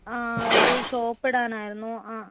ആഹ് ഒരു ഷോപ്പ് ഇടുവാൻ ആയിരുന്നു